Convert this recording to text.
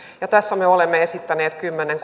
tässä me olemme esittäneet kymmenen